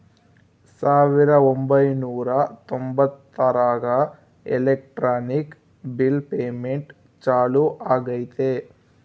ಸಾವಿರದ ಒಂಬೈನೂರ ತೊಂಬತ್ತರಾಗ ಎಲೆಕ್ಟ್ರಾನಿಕ್ ಬಿಲ್ ಪೇಮೆಂಟ್ ಚಾಲೂ ಆಗೈತೆ